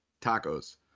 tacos